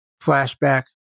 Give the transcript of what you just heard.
Flashback